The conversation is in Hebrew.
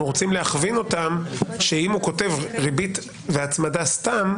רוצים להכווין אותם לכך שאם הוא כותב ריבית והצמדה סתם,